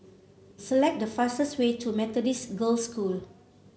select the fastest way to Methodist Girls' School